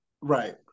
right